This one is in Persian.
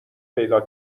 پیدا